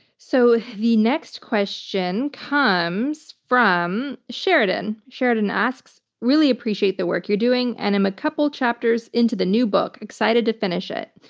so the next question comes from sheridan. sheridan asks, really appreciate the work you're doing. and i'm a couple chapters into the new book. excited to finish it.